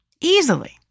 Easily